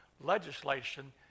legislation